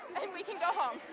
and we can go home.